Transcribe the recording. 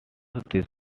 this